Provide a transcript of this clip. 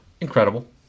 incredible